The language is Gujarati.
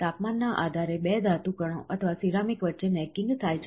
તાપમાનના આધારે બે ધાતુ કણો અથવા સિરામિક વચ્ચે નેકિંગ થાય છે